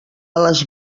les